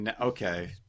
Okay